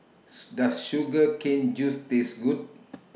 Does Sugar Cane Juice Taste Good